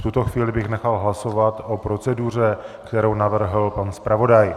V tuto chvíli bych nechal hlasovat o proceduře, kterou navrhl pan zpravodaj.